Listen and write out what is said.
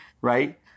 right